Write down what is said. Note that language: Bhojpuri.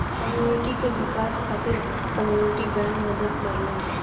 कम्युनिटी क विकास खातिर कम्युनिटी बैंक मदद करलन